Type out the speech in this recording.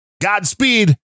Godspeed